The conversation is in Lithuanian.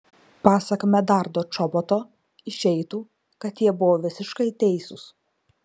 pasak medardo čoboto išeitų kad jie buvo visiškai teisūs